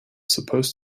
supposed